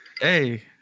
hey